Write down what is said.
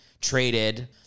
traded